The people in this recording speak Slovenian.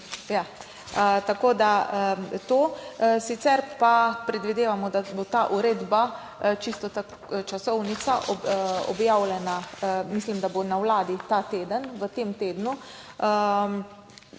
Tako da to. Sicer pa predvidevamo, da bo ta uredba, čisto ta časovnica, objavljena, mislim, da bo na Vladi v tem tednu.